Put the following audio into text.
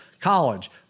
College